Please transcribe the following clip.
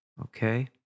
Okay